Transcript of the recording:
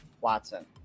Watson